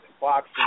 boxing